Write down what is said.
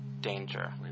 danger